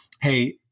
hey